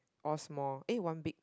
all small eh one big